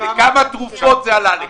כמה תרופות זה עלה לך?